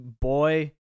boy